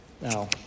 Now